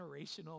generational